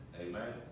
Amen